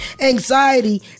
anxiety